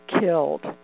killed